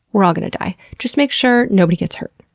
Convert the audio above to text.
we're all gonna die. just make sure nobody gets hurt.